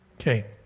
Okay